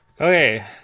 Okay